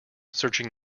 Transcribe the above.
searching